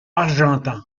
argentan